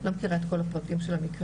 לא מכירה את כל הפרטים של המקרה,